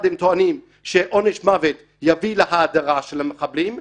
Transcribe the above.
הם טוענים שעונש מוות יביא להאדרה של המחבלים.